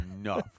enough